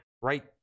right